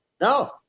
No